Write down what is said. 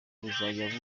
buzajya